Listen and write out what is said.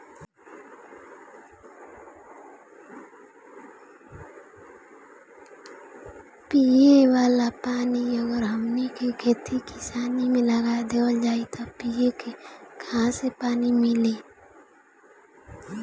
पिए वाला पानी अगर हमनी के खेती किसानी मे लगा देवल जाई त पिए के काहा से पानी मीली